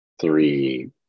three